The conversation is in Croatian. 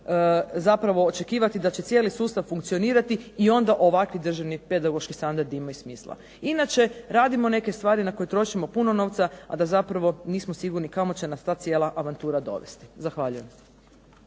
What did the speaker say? zapravo očekivati da će cijeli sustav funkcionirati i onda ovakvi Državni pedagoški standardi imaju smisla. Inače radimo neke stvari na koje trošimo puno novca, a da zapravo nismo sigurni kamo će nas ta cijela avantura dovesti. Zahvaljujem.